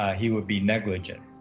he would be negligent,